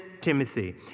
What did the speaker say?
Timothy